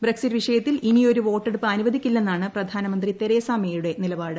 Brexit വിഷയത്തിൽ ഇനിയൊരു വോട്ടെടുപ്പ് അനുവദിക്കില്ലെന്നാണ് പ്രധാനമന്ത്രി തെരേസാ മേയുടെ നിലപാട്